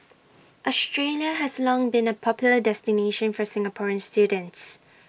Australia has long been A popular destination for Singaporean students